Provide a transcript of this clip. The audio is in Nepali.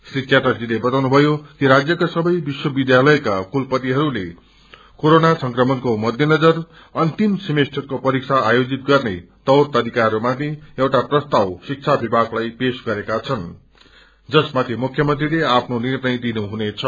री चटर्जीले बताउनुभ्यो कि राज्यकासवै विश्वविध्यालयका कुलपतिहरूले कोरोना संक्रमणकोमध्यनजर अन्तिम सिमस्टरकोपरीक्षा आयोजित गर्ने तौर तरिकाहरूमाथि एउआ प्रस्ताव शिक्षा विपागलाई पेश गरेका छन् जसमाथि मुख्यमंत्रीले आफ्नो निर्णय दिनुहुनेछ